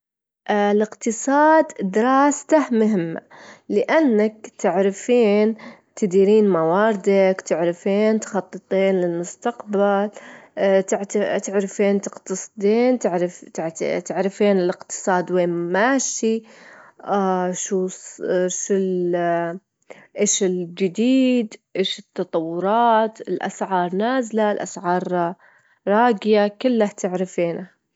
ثقافة الولايات المتحدة متنوعة بشكل كبير، يعني كونها مكونة من العديد من الأعراق، فيعكسونها في الموسيقى والأفلام والرياضة والأعياد، متلًا عيد الشكر من أهم الأعياد اللي يحتفلون فيها.